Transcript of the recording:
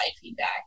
feedback